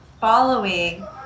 following